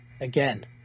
again